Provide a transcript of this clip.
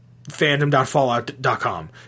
fandom.fallout.com